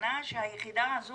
הכוונה שהיחידה הזו